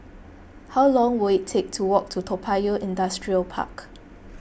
how long will it take to walk to Toa Payoh Industrial Park